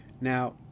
Now